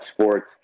sports